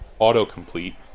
Autocomplete